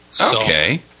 Okay